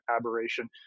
aberration